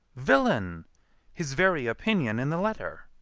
villain his very opinion in the letter!